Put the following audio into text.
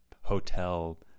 hotel